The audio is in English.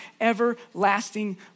everlasting